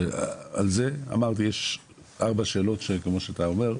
על זה אמרתי יש ארבע שאלות כמו שאתה אומר.